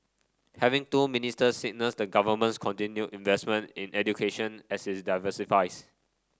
having two ministers signals the government's continued investment in education as it diversifies